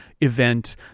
event